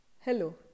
Hello